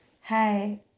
hi